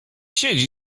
siedzi